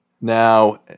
Now